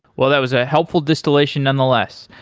well, that was a helpful distillation nonetheless.